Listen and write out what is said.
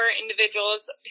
individuals